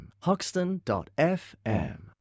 Hoxton.fm